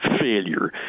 failure